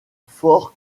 fort